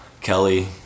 Kelly